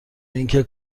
اینکه